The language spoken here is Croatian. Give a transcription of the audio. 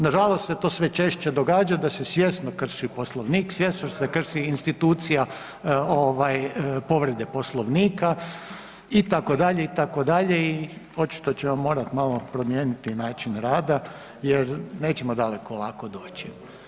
Nažalost se to sve češće događa da se svjesno krši Poslovnik, svjesno se krši institucija ovaj povrede Poslovnika itd., itd., i očito ćemo morati malo promijeniti način rada jer nećemo daleko ovako doći.